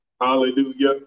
Hallelujah